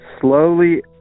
slowly